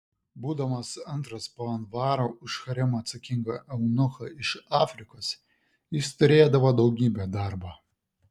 būdamas antras po anvaro už haremą atsakingo eunucho iš afrikos jis turėdavo daugybę darbo